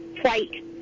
flight